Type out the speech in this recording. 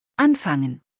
Anfangen